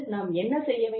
நாம் என்ன செய்ய வேண்டும்